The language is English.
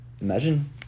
Imagine